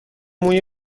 موی